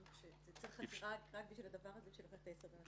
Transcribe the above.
צריך חקירה רק בשביל הדבר הזה להוכיח את היסוד הנפשי.